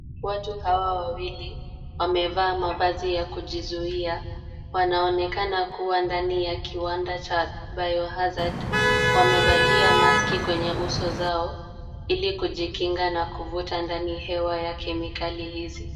Watu hawa wawili wamevaa mavazi ya kujizuia. Wanaonekana wakiwa ndani ya kiwanda cha Bio Hazard. Wamevalia maski kwenye nyuso zao ili kujikinga na kuvuta ndani hewa ya kemikali hizo.